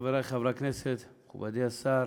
חברי חברי הכנסת, מכובדי השר,